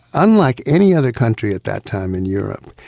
unlike any other country at that time in europe,